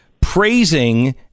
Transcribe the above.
praising